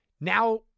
Now